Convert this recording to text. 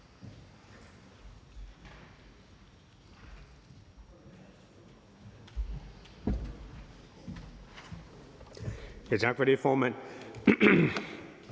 Tak for det, formand.